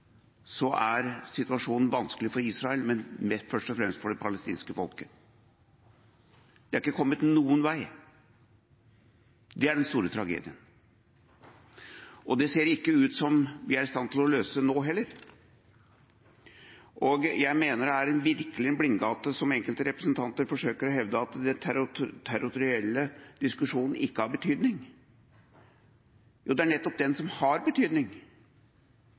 situasjonen er vanskelig for Israel, men først og fremst for det palestinske folket. De er ikke kommet noen vei. Det er den store tragedien. Og det ser ikke ut til at vi er i stand til å løse dette nå heller. Jeg mener det virkelig er en blindgate det som enkelte representanter forsøker å hevde, at den territorielle diskusjonen ikke har betydning. Jo, det er nettopp den som har betydning,